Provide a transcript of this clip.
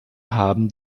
haben